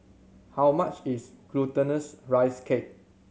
how much is Glutinous Rice Cake